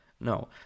no